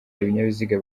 ibinyabiziga